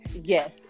Yes